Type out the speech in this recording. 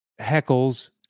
heckles